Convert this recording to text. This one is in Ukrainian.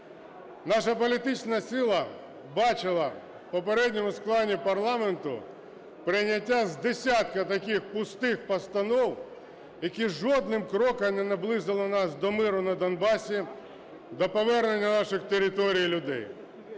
Наша політична сила бачила в попередньому складі парламенту прийняття з десятка таких пустих постанов, які жодним кроком не наблизили нас до миру на Донбасі, до повернення наших територій і людей.